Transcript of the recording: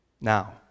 now